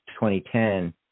2010